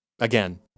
again